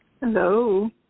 Hello